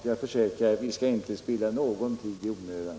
Och jag försäkrar att vi inte skall spilla någon tid i onödan.